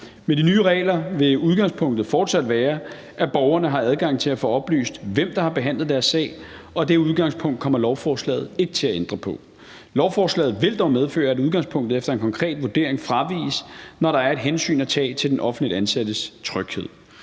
Med de nye regler vil udgangspunktet fortsat være, at borgerne har adgang til at få oplyst, hvem der har behandlet deres sag, og det udgangspunkt kommer lovforslaget ikke til at ændre på. Lovforslaget vil dog medføre, at udgangspunktet efter en konkret vurdering fraviges, når der er et hensyn at tage til den offentligt ansattes tryghed.